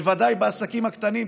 בוודאי בעסקים הקטנים,